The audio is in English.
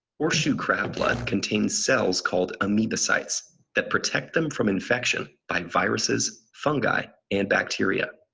horseshoe crab blood contains cells called amebocytes that protect them from infection by viruses, fungi and bacteria.